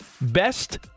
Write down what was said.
best